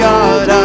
God